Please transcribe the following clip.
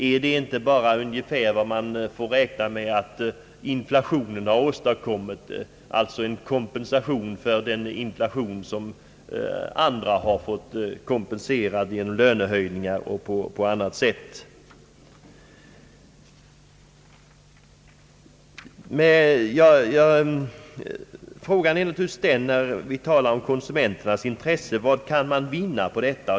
Är det inte bara ungefär vad man har räknat med att inflationen har åstadkommit, alltså en kompensation motsvarande vad andra har fått genom lönehöjningar och på annat sätt? Frågan är naturligtvis den när vi talar om konsumenternas intresse: Vad kan man vinna på detta?